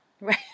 Right